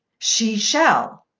she shall!